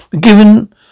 Given